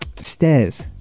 stairs